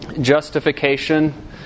Justification